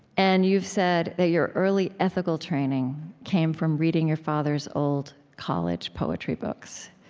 and you've said that your early ethical training came from reading your father's old college poetry books.